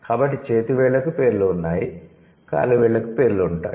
కాబట్టి చేతి వేళ్లకు పేర్లు ఉన్నాయి కాలి వేళ్ళకు పేర్లు ఉంటాయి